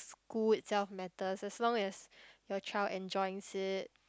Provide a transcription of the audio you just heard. school itself matters as long as your child enjoys it